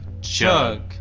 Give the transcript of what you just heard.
Chug